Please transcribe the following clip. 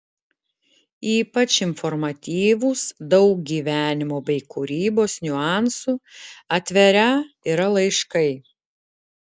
ypač informatyvūs daug gyvenimo bei kūrybos niuansų atverią yra laiškai